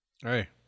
Hey